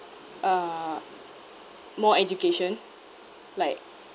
uh more education like